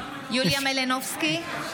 יוראי להב הרצנו, נגד --- לא,